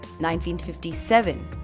1957